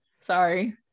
Sorry